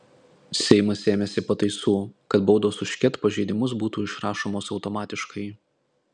seimas ėmėsi pataisų kad baudos už ket pažeidimus būtų išrašomos automatiškai